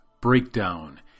Breakdown